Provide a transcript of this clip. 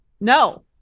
no